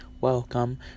welcome